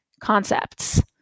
concepts